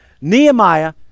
nehemiah